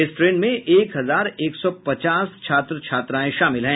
इस ट्रेन में एक हजार एक सौ पचास छात्र छात्राएं शामिल हैं